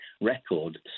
Record